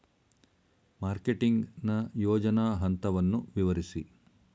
Marketing ನ ಯೋಜನಾ ಹಂತವನ್ನು ವಿವರಿಸಿ?